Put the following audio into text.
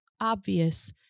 obvious